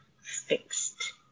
fixed